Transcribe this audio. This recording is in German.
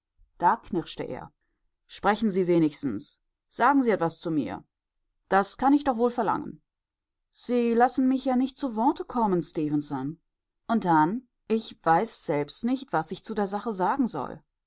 da knirschte er sprechen sie wenigstens sagen sie etwas zu mir das kann ich doch wohl verlangen sie lassen mich ja nicht zu worte kommen stefenson und dann ich weiß selbst nicht was ich zu der sache sagen soll